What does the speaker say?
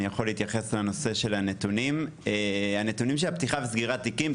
אני יכול להתייחס לנושא של הנתונים של הפתיחה והסגירה של תיקים.